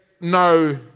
no